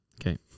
Okay